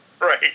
Right